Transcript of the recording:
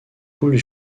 poules